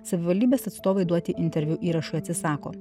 savivaldybės atstovai duoti intervių įrašų atsisako